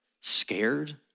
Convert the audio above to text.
scared